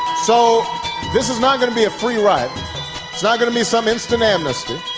so this is not going to be a free ride, it's not going to be some instant amnesty.